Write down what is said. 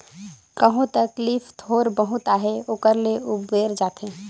कहो तकलीफ थोर बहुत अहे ओकर ले उबेर जाथे